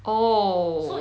oh